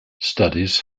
studies